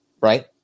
Right